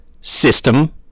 System